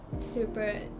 super